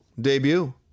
debut